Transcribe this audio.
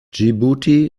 dschibuti